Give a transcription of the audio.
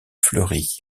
fleuris